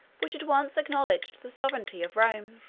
which had once acknowledged the sovereignty of rome.